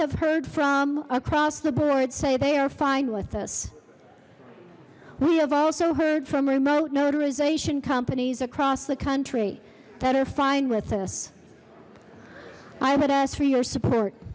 have heard from across the board say they are fine with us we have also heard from remote notarization companies across the country that are fine with this i would ask for your support